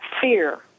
fear